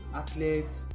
athletes